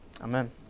Amen